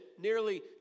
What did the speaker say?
nearly